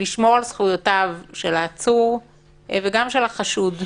לשמור על זכויותיו של העצור וגם של החשוד,